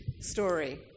story